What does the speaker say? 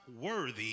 worthy